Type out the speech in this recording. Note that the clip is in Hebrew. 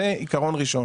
זה עיקרון ראשון.